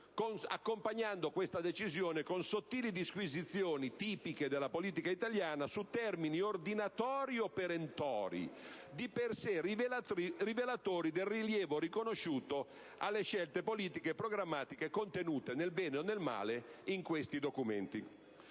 accompagnando questa decisione con sottili disquisizioni - tipiche della politica italiana - su termini ordinatori o perentori, di per sé rivelatori del rilievo riconosciuto alle scelte politiche e programmatiche contenute, nel bene e nel male, in questi documenti.